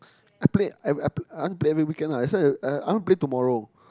I Play I I I want to play every weekend lah I want to play tomorrow